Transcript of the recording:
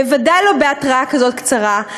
בוודאי לא בהתראה כזאת קצרה.